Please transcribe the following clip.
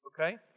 Okay